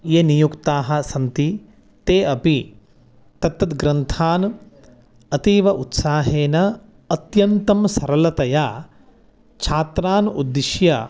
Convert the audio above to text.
ये नियुक्ताः सन्ति ते अपि तत्तद्ग्रन्थान् अतीव उत्साहेन अत्यन्तं सरलतया छात्रान् उद्दिश्य